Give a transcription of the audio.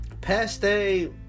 Paste